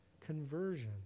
conversion